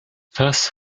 thus